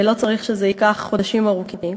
זה לא צריך לקחת חודשים ארוכים.